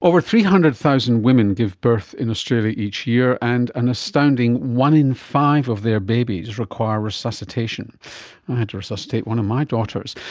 over three hundred thousand women give birth in australia each year, and an astounding one in five of their babies require resuscitation. i had to resuscitate one of my daughters.